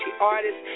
artists